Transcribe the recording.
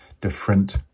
different